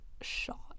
shot